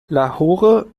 lahore